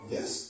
Yes